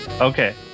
Okay